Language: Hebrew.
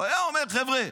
הוא היה אומר: חבר'ה,